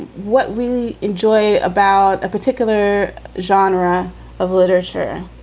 what we enjoy about a particular genre of literature